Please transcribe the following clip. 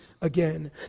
again